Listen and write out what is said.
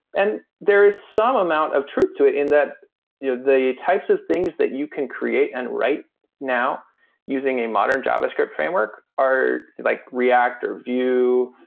and there is some amount of truth to it in that yeah the types of things that you can create and write now using a modern javascript framework are like react, or vue,